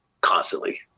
constantly